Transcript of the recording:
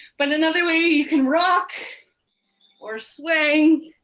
but another way, you can rock or swaying.